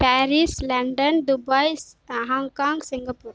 Paris London Dubai Hong Kong Singapore